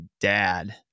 dad